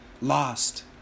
lost